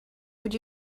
would